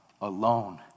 alone